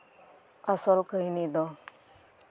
ᱟᱥᱚᱞ ᱠᱟᱹᱦᱱᱤ ᱫᱚ